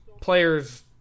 players